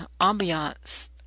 ambiance